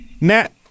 Nat